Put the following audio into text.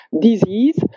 disease